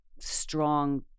strong